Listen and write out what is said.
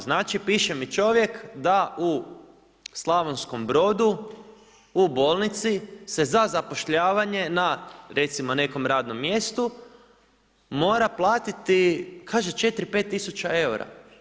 Znači piše mi čovjek da u Slavonskom brodu u bolnici se za zapošljavanje na recimo nekom radnom mjestu mora platiti kaže 4,5 tisuća eura.